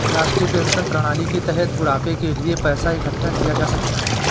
राष्ट्रीय पेंशन प्रणाली के तहत बुढ़ापे के लिए पैसा इकठ्ठा किया जा सकता है